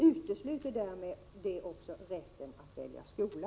Utesluter den rätten att välja skola?